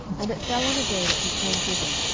and it fell on a day, that he came thither,